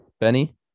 Benny